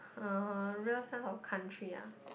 !huh! real sense of country uh